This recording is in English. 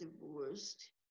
divorced